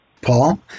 Paul